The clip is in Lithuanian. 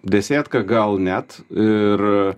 desėtką gal net ir